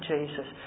Jesus